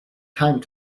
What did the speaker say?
time